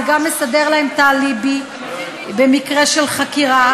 זה גם מסדר להם את האליבי במקרה של חקירה.